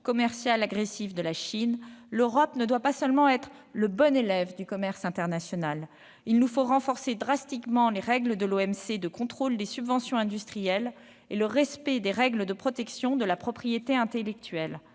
commerciales agressives de la Chine, l'Europe ne doit pas seulement être le bon élève du commerce international. Il nous faut renforcer drastiquement l'arsenal de l'Organisation mondiale du commerce, l'OMC, pour le contrôle des subventions industrielles et le respect des règles de protection de la propriété intellectuelle.